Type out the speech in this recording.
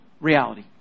reality